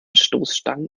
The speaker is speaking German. stoßstangen